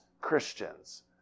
Christians